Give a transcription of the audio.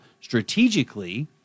strategically